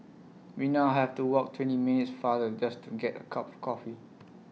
we now have to walk twenty minutes farther just to get A cup of coffee